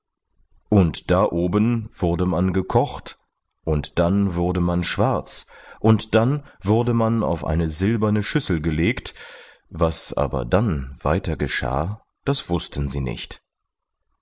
und da oben wurde man gekocht und dann wurde man schwarz und dann wurde man auf eine silberne schüssel gelegt was aber dann weiter geschah das wußten sie nicht